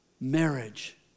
marriage